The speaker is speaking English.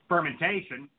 Fermentation